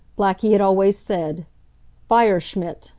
blackie had always said fire schmidt!